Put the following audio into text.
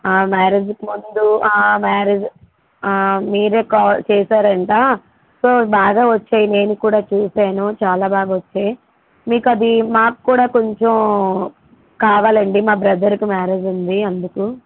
మ్యారేజ్కి ముందు మ్యారేజే మీరే కా చేసారంట సో బాగా వచ్చాయి నేను కూడా చూసాను చాలా బాగా వచ్చాయి మీకు అది మాకు కూడా కొంచెం కావాలండి మా బ్రదర్కి మ్యారేజ్ ఉంది అందుకు